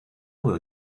will